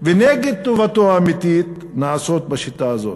ונגד טובתו האמיתית נעשות בשיטה הזאת,